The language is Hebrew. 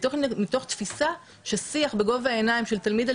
מתוך תפיסה ששיח בגובה העיניים של תלמיד אל